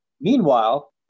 Meanwhile